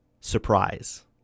surprise